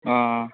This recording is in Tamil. ஆ ஆ